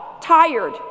tired